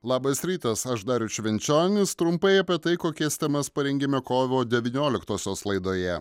labas rytas aš darius švenčionis trumpai apie tai kokias temas parengėme kovo devynioliktosios laidoje